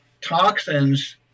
toxins